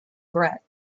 brett